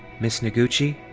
ms. noguchi?